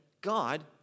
God